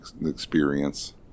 experience